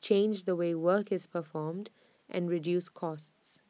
change the way work is performed and reduce costs